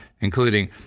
including